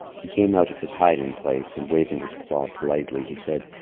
he came out of his hiding place, and waving his claw politely he said,